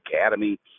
Academy